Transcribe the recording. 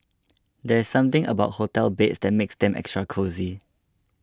there's something about hotel beds that makes them extra cosy